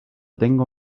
tengo